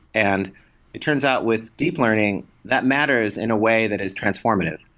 and it turns out with deep learning, that matters in a way that is transformative.